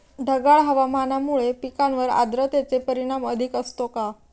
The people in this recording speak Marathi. ढगाळ हवामानामुळे पिकांवर आर्द्रतेचे परिणाम अधिक असतो का?